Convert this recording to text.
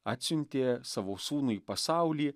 atsiuntė savo sūnų į pasaulį